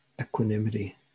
Equanimity